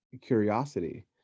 curiosity